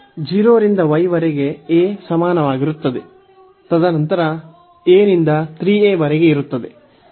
0 ರಿಂದ y ವರೆಗೆ a ಗೆ ಸಮಾನವಾಗಿರುತ್ತದೆ ತದನಂತರ a ನಿಂದ 3a ವರೆಗೆ ಇರುತ್ತದೆ